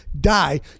die